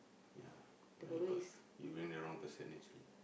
yeah my-god you bring the wrong person actually